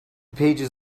pages